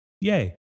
Yay